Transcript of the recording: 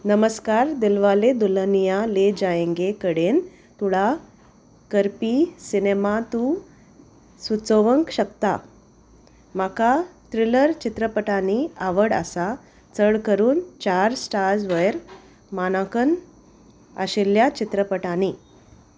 नमस्कार दिलवाले दुल्हनिया ले जायंगे कडेन तुळा करपी सिनेमा तूं सुचोवंक शकता म्हाका थ्रिलर चित्रपटांनी आवड आसा चड करून चार स्टार्ज वयर मानांकन आशिल्ल्या चित्रपटांनी